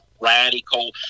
radical